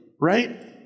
right